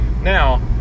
Now